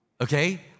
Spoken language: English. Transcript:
Okay